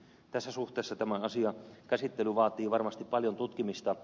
tässä suhteessa tämän asian käsittely vaatii varmasti paljon tutkimista